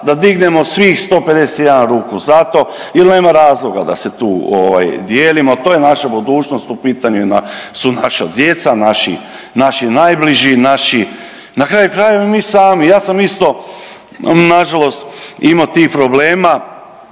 da dignemo svih 151 ruku za to jer nema razloga da se tu ovaj, dijelimo, to je naša budućnost, u pitanju su naša djeca, naši najbliži, naši, na kraju krajeva i mi sami, ja sam isto nažalost imao tih problema,